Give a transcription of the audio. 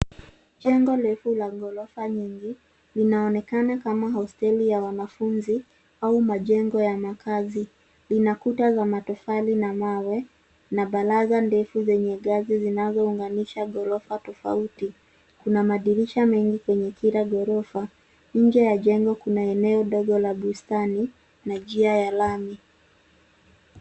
Jengo refu la ghorofa nyingi, linaonekana kama hosteli ya wanafunzi au majengo ya makazi. Lina kuta za matofali na mawe na baraza defu zenye ngazi zinazounganisha ghorofa tofauti. Kuna madirisha mengi kwenye kila ghorofa. Nje ya jengo kuna eneo dogo la bustani na njia ya lami.